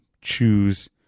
choose